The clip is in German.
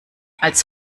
als